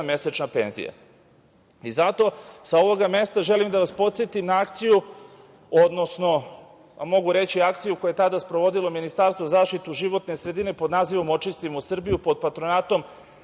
mesečna penzija. Zato sa ovog mesta želim da vas podsetim na akciju, odnosno mogu reći akciju koju je tada sprovodilo Ministarstvo za zaštitu životne sredine, pod nazivom – „Očistimo Srbiju“, pod patronatom